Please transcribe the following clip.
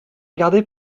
gardés